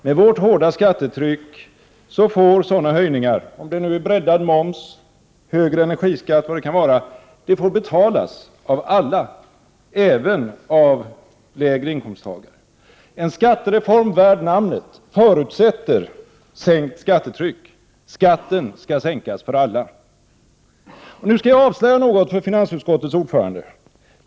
Med vårt hårda skattetryck får sådana höjningar — om det nu är breddad moms, högre energiskatt eller vad det kan vara — betalas av alla, även av lägre inkomsttagare. En skattereform värd namnet förutsätter sänkt skattetryck. Skatten skall sänkas för alla. Och nu skall jag avslöja något för finansutskottets ordförande.